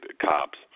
cops